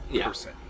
person